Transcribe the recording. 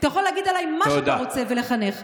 אתה יכול להגיד עליי מה שאתה רוצה ולחנך,